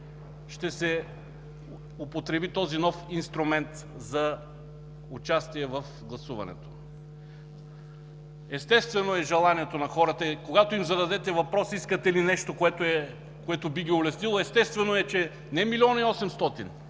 ще се употреби този нов инструмент за участие в гласуването. Естествено е и желанието на хората и когато им зададете въпрос: „Искате ли нещо, което би Ви улеснило?”, естествено е, че не милион и 800